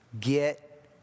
get